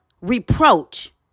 reproach